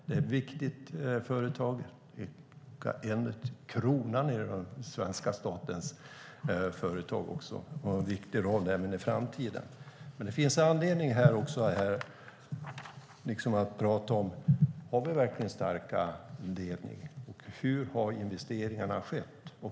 Det är ett viktigt företag, kronan bland svenska statens företag, och det har en viktig roll att spela även i framtiden. Det finns anledning att fråga sig om vi verkligen har en stark ledning. Hur har investeringarna skett?